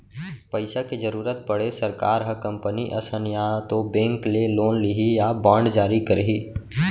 पइसा के जरुरत पड़े सरकार ह कंपनी असन या तो बेंक ले लोन लिही या बांड जारी करही